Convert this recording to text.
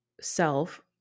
self